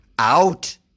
out